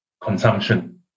consumption